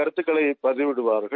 கருத்துக்களை வெளியிடுவார்கள்